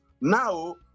now